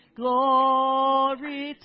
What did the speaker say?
glory